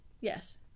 yes